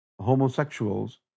homosexuals